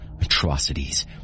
atrocities